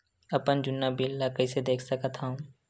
अपन जुन्ना बिल ला कइसे देख सकत हाव?